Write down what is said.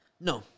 No